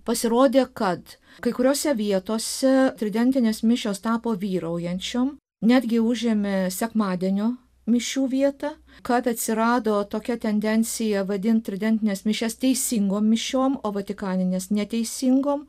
pasirodė kad kai kuriose vietose tridentinės mišios tapo vyraujančiom netgi užėmė sekmadienio mišių vietą kad atsirado tokia tendencija vadinti tridentines mišias teisingom mišiom o vatikanes neteisingom